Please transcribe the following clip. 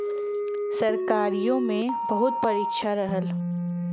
सरकारीओ मे बहुत परीक्षा रहल